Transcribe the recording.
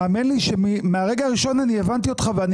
האמן לי שמהרגע הראשון אני הבנתי אותך ואני